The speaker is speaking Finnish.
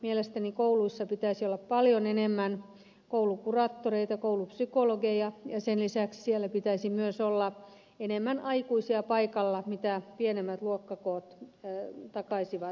mielestäni kouluissa pitäisi olla paljon enemmän koulukuraattoreita ja koulupsykologeja ja sen lisäksi siellä pitäisi myös olla enemmän aikuisia paikalla minkä pienemmät luokkakoot takaisivat